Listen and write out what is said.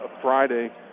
Friday